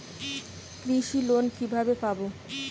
কৃষি লোন কিভাবে পাব?